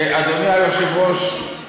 אדוני היושב-ראש,